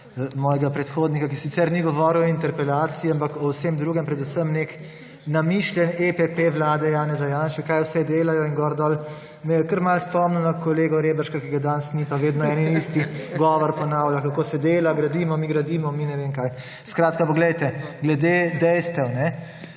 mojega predhodnika, ki sicer ni govoril o interpelaciji, ampak o vsem drugem, predvsem nek namišljen EPP vlade Janeza Janše, kaj vse delajo in gor do. Me je kar malo spomnil na kolego Rebrška, ki ga danes ni, pa vedno eno in isti govori, ponavlja, kako se dela, gradimo, mi gradimo, mi ne vem kaj. Skratka, poglejte, glede dejstev, ko